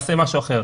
נעשה משהו אחר'.